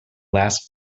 last